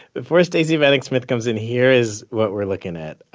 before stacey vanek smith comes in, here is what we're looking at.